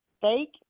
fake